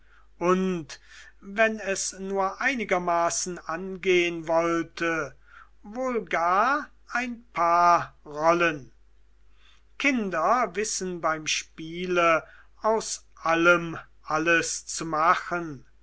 und wenn es nur einigermaßen angehn wollte wohl gar ein paar rollen kinder wissen beim spiele aus allem alles zu machen